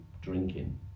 drinking